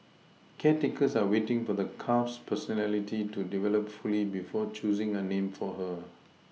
caretakers are waiting for the calf's personality to develop fully before choosing a name for her